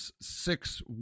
six